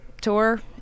tour